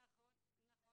נכון.